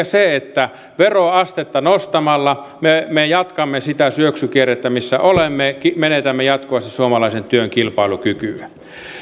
se että veroastetta nostamalla me me jatkamme sitä syöksykierrettä missä olemme menetämme jatkuvasti suomalaisen työn kilpailukykyä